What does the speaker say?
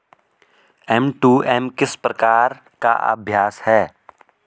M to M किस प्रकार का अभ्यास है?